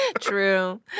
True